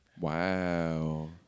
Wow